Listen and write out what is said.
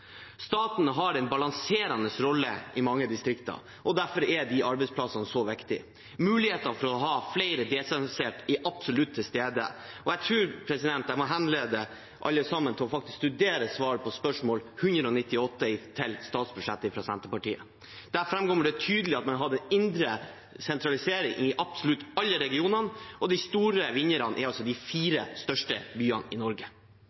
har en balanserende rolle i mange distrikt, og derfor er de arbeidsplassene så viktige. Muligheten for å ha flere desentralisert er absolutt til stede. Jeg tror jeg må henlede alle sammen til å studere svar på spørsmål nr. 198 til statsbudsjettet fra Senterpartiet. Der fremkommer det tydelig at man har en indre sentralisering i absolutt alle regioner, og de store vinnerne er altså de fire største byene i Norge.